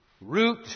root